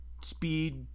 speed